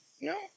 no